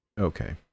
Okay